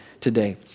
today